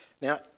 Now